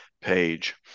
page